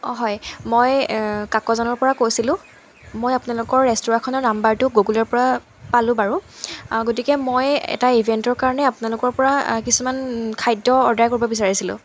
অঁ হয় মই কাকজানৰপৰা কৈছিলোঁ মই আপোনালোকৰ ৰেষ্টুৰাখনৰ নাম্বাৰটো গগুলৰপৰা পালোঁ বাৰু গতিকে মই এটা ইভেণ্টৰ কাৰণে আপোনালোকৰপৰা কিছুমান খাদ্য অৰ্ডাৰ কৰিব বিচাৰিছিলোঁ